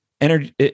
energy